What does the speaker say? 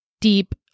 deep